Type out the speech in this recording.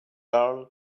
girl